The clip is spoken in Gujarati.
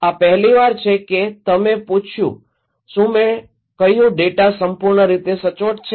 આ પહેલીવાર છે કે તમે પૂછ્યું શું મેં કહ્યું ડેટા સંપૂર્ણ રીતે સચોટ છે